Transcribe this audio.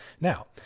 Now